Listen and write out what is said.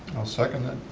i'll second that.